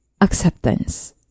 acceptance